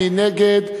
מי נגד?